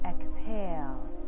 exhale